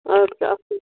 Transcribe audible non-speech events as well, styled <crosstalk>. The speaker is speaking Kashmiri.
اَدٕ کیٛاہ <unintelligible>